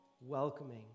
welcoming